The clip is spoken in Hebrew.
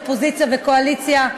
אופוזיציה וקואליציה,